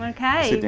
ok.